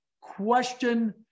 question